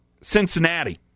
Cincinnati